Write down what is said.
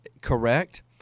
correct